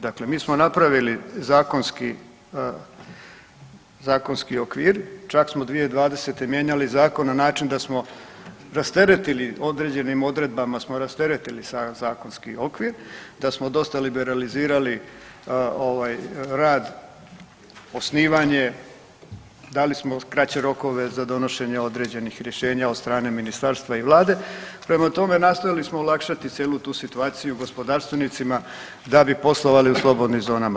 Dakle, mi smo napravili zakonski okvir, čak smo 2020. mijenjali zakon na način da smo rasteretili određenim odredbama smo rasteretili zakonski okvir, da smo dosta liberalizirali rad osnivanje, dali smo kraće rokove za donošenje određenih rješenja od strane ministarstva i Vlade, prema tome nastojali smo olakšati cijelu tu situaciju gospodarstvenicima da bi poslovali u slobodnim zonama.